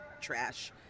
trash